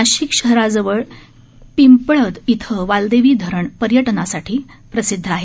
नाशिक शहराजवळ पिंपळद इथं वालदेवी धरण पर्यटनासाठी प्रसिद्ध आहे